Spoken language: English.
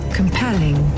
compelling